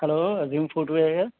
hello Azeem footwear ہے